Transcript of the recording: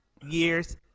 years